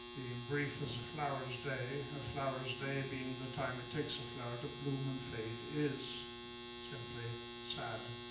brief as a flower's day a flower's day being the time it takes a flower to bloom and fade is simply sad.